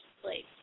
place